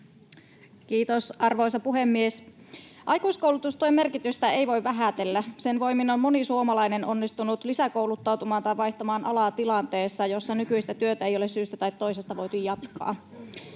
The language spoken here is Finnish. Kiitos, arvoisa puhemies! Aikuiskoulutustuen merkitystä ei voi vähätellä. Sen voimin on moni suomalainen onnistunut lisäkouluttautumaan tai vaihtamaan alaa tilanteessa, jossa nykyistä työtä ei ole syystä tai toisesta voitu jatkaa.